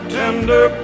tender